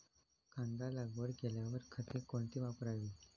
कांदा लागवड केल्यावर खते कोणती वापरावी?